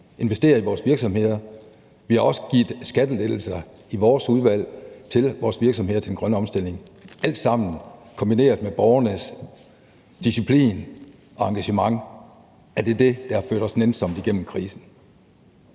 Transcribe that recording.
investerer i vores virksomheder. Vi har også givet skattelettelser i vores udvalg til vores virksomheder i forbindelse med den grønne omstilling. Det er alt sammen det, der kombineret med borgernes disciplin og engagement har ført os nænsomt igennem krisen.